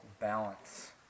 balance